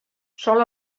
sol